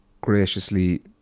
graciously